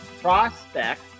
prospect